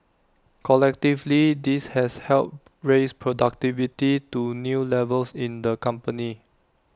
collectively this has helped raise productivity to new levels in the company